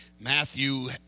Matthew